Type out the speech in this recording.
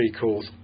calls